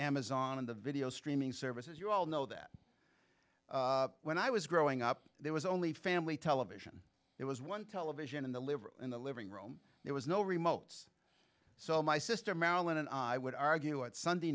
amazon and the video streaming services you all know that when i was growing up there was only family television it was one television in the live in the living room there was no remotes so my sister marilyn and i would argue it sunday